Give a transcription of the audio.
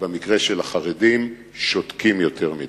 ובמקרה של החרדים שותקים יותר מדי.